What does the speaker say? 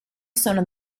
sono